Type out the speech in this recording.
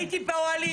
הייתי באוהלים,